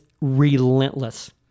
relentless